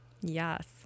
Yes